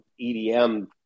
EDM